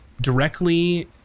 directly